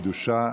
היא קדושה,